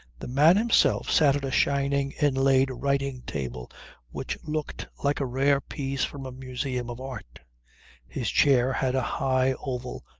the man himself sat at a shining, inlaid writing table which looked like a rare piece from a museum of art his chair had a high, oval,